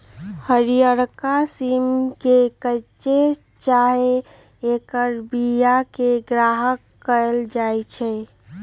हरियरका सिम के कच्चे चाहे ऐकर बियाके ग्रहण कएल जाइ छइ